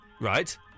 Right